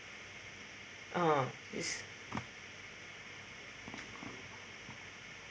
uh is